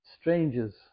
strangers